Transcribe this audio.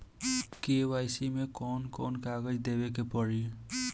KYC मे कौन कौन कागज देवे के पड़ी?